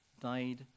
died